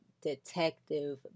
detective